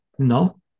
No